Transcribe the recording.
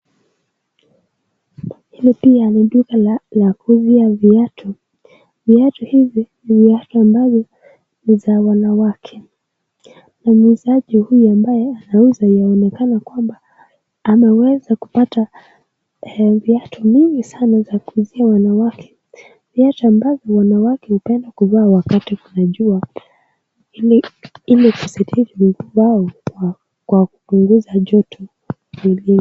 Hili pia ni duka la la kuuzia viatu. Viatu hivi ni viatu ambavyo ni za wanawake. Na muuzaji huyu ambaye anauza yaonekana kwamba ameweza kupata viatu mingi sana za kuuzia wanawake. Viatu ambavyo wanawake hupenda kuvaa wakati kuna jua ili ili kusaidia miguu wao kwa kupunguza joto milini.